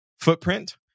footprint